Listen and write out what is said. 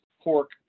pork